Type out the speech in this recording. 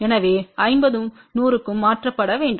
எனவே 50 100 க்கு மாற்றப்பட வேண்டும்